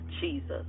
Jesus